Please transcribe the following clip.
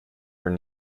were